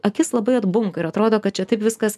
akis labai atbunka ir atrodo kad čia taip viskas